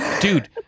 dude